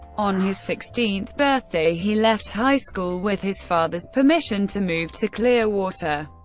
on his sixteenth birthday he left high school with his father's permission to move to clearwater,